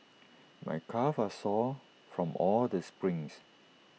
my calves are sore from all the sprints